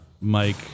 Mike